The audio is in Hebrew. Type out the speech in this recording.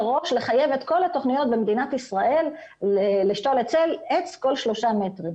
מראש את כל התוכניות במדינת ישראל לשתול עץ כל שלושה מטרים.